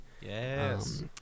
Yes